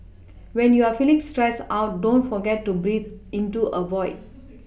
when you are feeling stressed out don't forget to breathe into a void